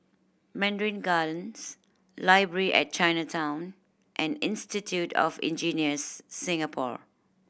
Mandarin Gardens Library at Chinatown and Institute of Engineers Singapore